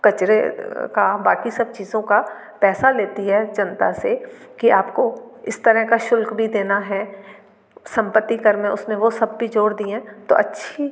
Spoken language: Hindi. कचरे का बाकी सब चीज़ों का पैसा लेती है जनता से कि आपको इस तरह का शुल्क भी देना है संपत्ति कर में उस ने वो सब भी जोड़ दिए हैं तो अच्छी